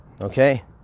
okay